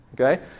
Okay